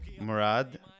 Murad